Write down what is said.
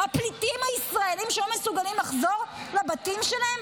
הפליטים הישראלים שלא מסוגלים לחזור לבתים שלהם,